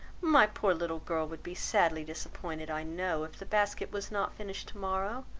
my poor little girl would be sadly disappointed, i know, if the basket was not finished tomorrow,